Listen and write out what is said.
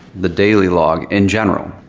the daily log in general?